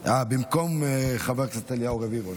אה, במקום חבר הכנסת אליהו רביבו.